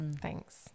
Thanks